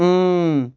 اۭں